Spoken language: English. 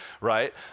Right